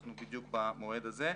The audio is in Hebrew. אנחנו בדיוק במועד הזה.